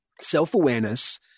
self-awareness